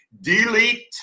Delete